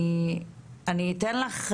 אני אתן לך,